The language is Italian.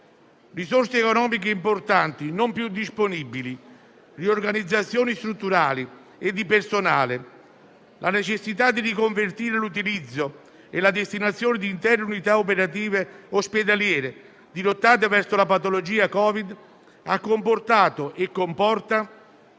Risorse economiche importanti non più disponibili, riorganizzazioni strutturali e di personale, la necessità di riconvertire l'utilizzo e la destinazione di intere unità operative ospedaliere dirottate verso la patologia Covid hanno comportato e comportano